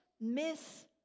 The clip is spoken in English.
miss